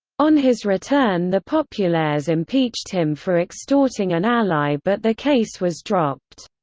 on his return the populares impeached him for extorting an ally but the case was dropped.